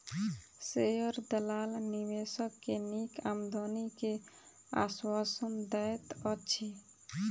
share दलाल निवेशक के नीक आमदनी के आश्वासन दैत अछि